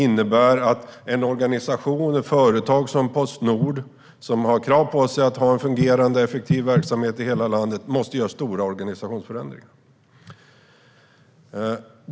Ett företag som Postnord, som har krav på sig att ha en fungerande och effektiv verksamhet i hela landet, måste göra stora organisationsförändringar.